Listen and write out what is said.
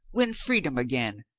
win freedom again,